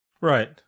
Right